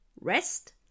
Rest